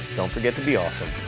don't forget to be awesome.